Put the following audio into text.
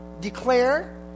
Declare